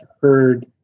heard